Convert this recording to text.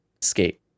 skate